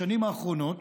בשנים האחרונות